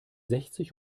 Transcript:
sechzig